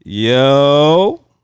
Yo